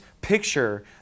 picture